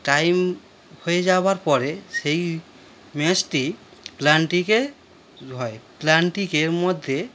time হয়ে যাওয়ার পরে সেই ম্যাচটি প্ল্যানটিকে হয় প্ল্যানটিকের মধ্যে